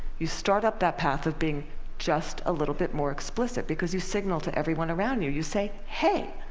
you start up that path of being just a little bit more explicit, because you signal to everyone around you, you say, hey,